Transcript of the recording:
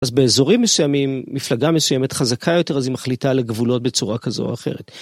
אז באזורים מסיימים מפלגה מסוימת חזקה יותר אז היא מחליטה על הגבולות בצורה כזו או אחרת.